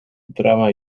drama